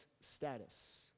status